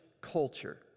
culture